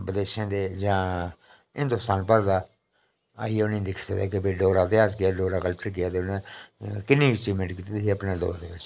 विदेशें दे जां हिंदुस्तान भर दा आइयै उनेंगी दिक्खी सकदे कि बिल डोगरा इतेहास केह् ऐ ते डोगरा कल्चर गी असें कल्चर ने किन्नी अचीवमेंट कीती दी ही अपने दौर दे बिच्च